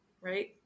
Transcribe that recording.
right